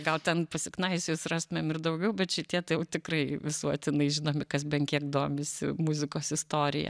gal ten pasiknaisiojus rastumėm ir daugiau bet šitie tai jau tikrai visuotinai žinomi kas bent kiek domisi muzikos istorija